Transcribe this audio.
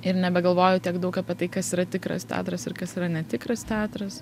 ir nebegalvoju tiek daug apie tai kas yra tikras teatras ir kas yra netikras teatras